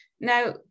Now